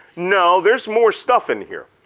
no, there's more stuff in here.